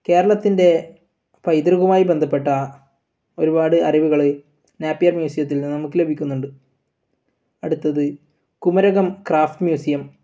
കേരളത്തിൻ്റെ പൈതൃകമായി ബന്ധപ്പെട്ട ഒരുപാട് അറിവുകൾ നേപ്പിയർ മ്യൂസിയത്തിൽ നിന്ന് നമുക്ക് ലഭിക്കുന്നുണ്ട് അടുത്തത് കുമരകം ക്രാഫ്റ്റ് മ്യൂസിയം